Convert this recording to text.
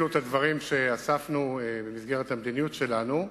את הדברים שאספנו במסגרת המדיניות שלנו.